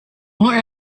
more